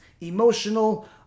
emotional